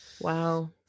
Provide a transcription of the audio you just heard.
Wow